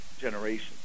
generation